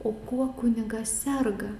o kuo kunigas serga